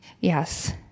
Yes